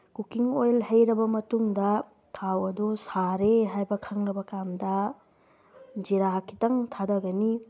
cooking oil ꯍꯩꯔꯕ ꯃꯇꯨꯡꯗ ꯊꯥꯎ ꯑꯗꯨ ꯁꯥꯔꯦ ꯍꯥꯏꯕ ꯈꯪꯂꯕꯀꯥꯟꯗ ꯖꯤꯔꯥ ꯈꯤꯇꯪ ꯊꯥꯗꯒꯅꯤ